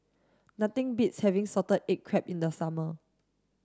nothing beats having salted egg crab in the summer